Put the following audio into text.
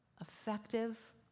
effective